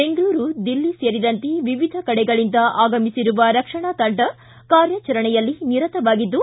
ಬೆಂಗಳೂರು ದಿಲ್ಲಿ ಸೇರಿದಂತೆ ವಿವಿಧ ಕಡೆಗಳಿಂದ ಆಗಮಿಸಿರುವ ರಕ್ಷಣಾ ತಂಡ ಕಾರ್ಯಾಚರಣೆಯಲ್ಲಿ ನಿರತವಾಗಿದ್ದು